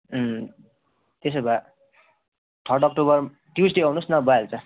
त्यसो भए third October Tuesday आउनु होस् न भइहाल्छ